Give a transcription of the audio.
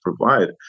provide